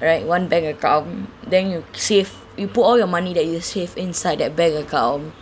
alright one bank account then you save you put all your money that you'll save inside that bank account